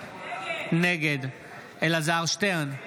נגד אלעזר שטרן,